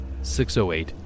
608